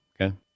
Okay